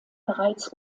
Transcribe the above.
bereits